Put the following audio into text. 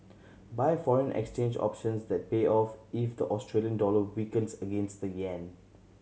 buy foreign exchange options that pay off if the Australian dollar weakens against the yen